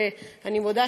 שאני מודה,